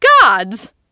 gods